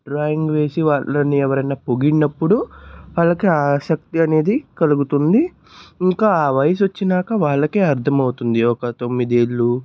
drawing వేసి వాళ్ళని ఎవరన్నా పొగిడినప్పుడు వాళ్ళకి ఆ ఆసక్తి అనేది కలుగుతుంది ఇంకా ఆ వయసొచ్చినాక వాళ్లకే అర్దమవుతుంది ఒక తొమ్మిదేళ్లు